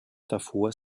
davor